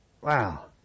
Wow